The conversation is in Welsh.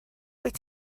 wyt